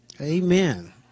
Amen